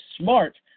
smart